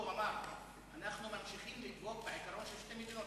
הוא אמר: אנחנו ממשיכים לדבוק בעיקרון של שתי מדינות.